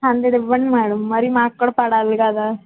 hundred ఇవ్వండి madam మరీ మాకు కూడా పడాలి కదా